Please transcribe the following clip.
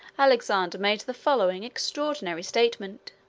alexander made the following extraordinary statement